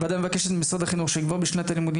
הוועדה מבקשת ממשרד החינוך שכבר בשנת הלימודים